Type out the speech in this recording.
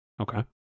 Okay